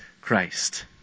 Christ